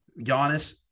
Giannis